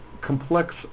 complex